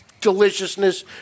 Deliciousness